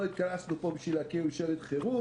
לא התכנסנו פה בשביל להקים ממשלת חירום